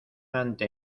ante